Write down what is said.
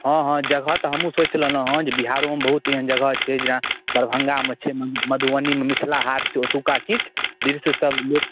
हँ हँ जगह तऽ हमहूँ सोचि लेलहुँ हँ जे बिहारोमे बहुत एहन जगह छै दरभङ्गामे छै मधुबनीमे मिथिला हाट छै ओतुक्का किछु दृश्यसब लोक